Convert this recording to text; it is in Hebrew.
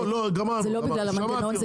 זה לא בגלל המנגנון,